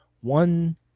One